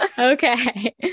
Okay